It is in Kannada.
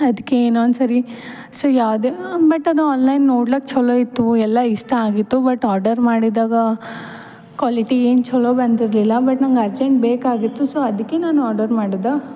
ಅದಕ್ಕೆ ಇನ್ನೊಂದು ಸರಿ ಸೊ ಯಾವುದೇ ಬಟ್ ಅದು ಆನ್ಲೈನ್ ನೋಡ್ಲಾಕೆ ಛಲೋ ಇತ್ತು ಎಲ್ಲ ಇಷ್ಟ ಆಗಿತ್ತು ಬಟ್ ಆರ್ಡರ್ ಮಾಡಿದಾಗ ಕ್ವಾಲಿಟಿ ಏನು ಛಲೋ ಬಂದಿರಲಿಲ್ಲ ಬಟ್ ನಂಗೆ ಅರ್ಜೆಂಟ್ ಬೇಕಾಗಿತ್ತು ಸೊ ಅದಕ್ಕೆ ನಾನು ಆರ್ಡರ್ ಮಾಡಿದ್ದೆ